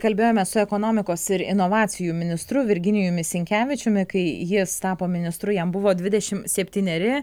kalbėjome su ekonomikos ir inovacijų ministru virginijumi sinkevičiumi kai jis tapo ministru jam buvo dvidešim septyneri